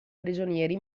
prigionieri